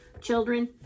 Children